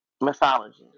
mythology